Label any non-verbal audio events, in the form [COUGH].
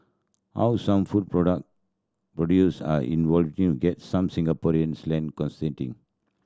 how some food product produce are [UNINTELLIGIBLE] gets some Singapore's land [UNINTELLIGIBLE]